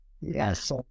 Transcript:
Yes